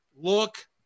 look